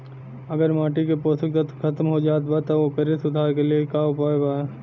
अगर माटी के पोषक तत्व खत्म हो जात बा त ओकरे सुधार के लिए का उपाय बा?